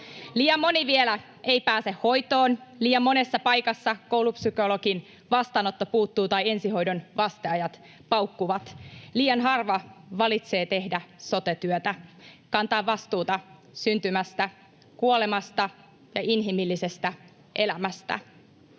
Liian moni vielä ei pääse hoitoon, liian monessa paikassa koulupsykologin vastaanotto puuttuu tai ensihoidon vasteajat paukkuvat. Liian harva valitsee tehdä sote-työtä, kantaa vastuuta syntymästä, kuolemasta ja inhimillisestä elämästä.